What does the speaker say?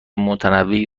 متنوعی